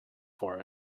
for